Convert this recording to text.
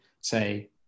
say